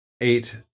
eight